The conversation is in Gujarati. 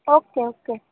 okay okay